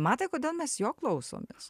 matai kodėl mes jo klausomės